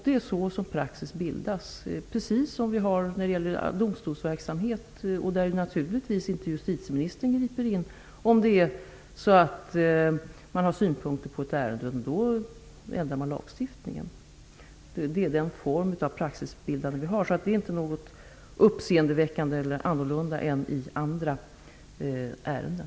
Det är så praxis bildas, precis som gäller vid domstolsverksamhet, där naturligtvis inte justitieministern griper in om det finns synpunkter på ett ärende. Då ändrar man i stället lagstiftningen. Det är den form av praxisbildande som gäller, så det är inte något mer uppseendeväckande eller annorlunda än i andra ärenden.